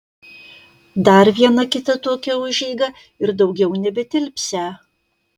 dar viena kita tokia užeiga ir daugiau nebetilpsią